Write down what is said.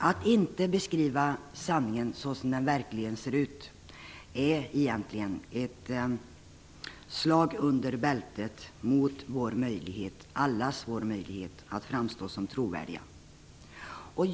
Att inte beskriva sanningen så som den verkligen ser ut är egentligen ett slag under bältet mot allas vår möjlighet att framstå som trovärdiga.